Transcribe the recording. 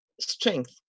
strength